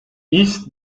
east